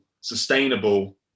sustainable